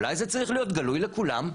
אולי זה צריך להיות גלוי לכולם?